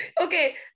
Okay